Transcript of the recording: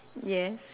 yes